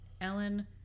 ellen